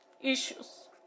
issues